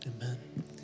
Amen